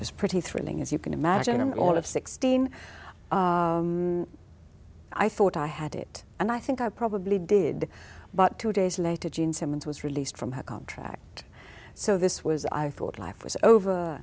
was pretty thrilling as you can imagine all of sixteen i thought i had it and i think i probably did but two days later gene simmons was released from her contract so this was i thought life was over